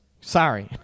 Sorry